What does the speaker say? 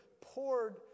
poured